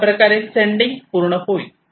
अशाप्रकारे सेंडिंग पूर्ण होईल